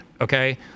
Okay